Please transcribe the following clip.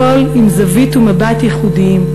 קול עם זווית ומבט ייחודיים,